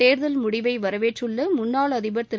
தேர்தல் முடிவை வரவேற்றுள்ள முன்னாள் அதிபர் திரு